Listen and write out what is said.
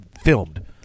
filmed